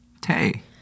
Tay